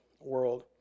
world